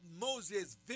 Moses